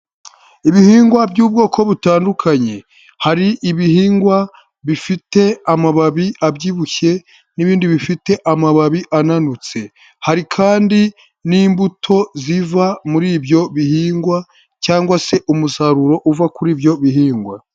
Ibihingwa by'ubwoko butandukanye hari ibihingwa bifite amababi abyibushye n'ibindi bifite amababi ananutse hari kandi n'imbuto ziva muri ibyo bihingwa cyangwa se umusaruro uva kuri ibyo bihingwa.